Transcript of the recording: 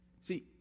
See